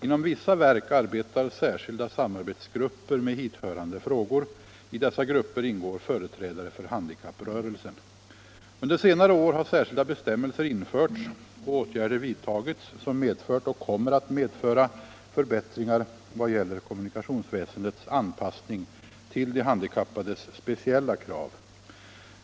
Inom vissa verk arbetar särskilda samarbetsgrupper med hithörande frågor. I dessa grupper ingår företrädare för handikapprörelsen. Under senare år har särskilda bestämmelser införts och åtgärder vidtagits som medfört och kommer att medföra förbättringar vad gäller kommunikationsväsendets anpassning till de handikappades speciella krav.